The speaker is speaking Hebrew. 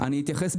אתייחס,